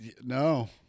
No